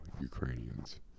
Ukrainians